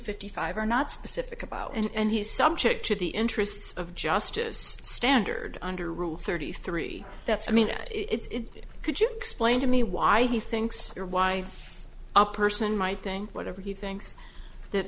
fifty five are not specific about and he's subject to the interests of justice standard under rule thirty three that's i mean it's could you explain to me why he thinks or why a person might think whatever he thinks that